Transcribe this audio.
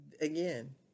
Again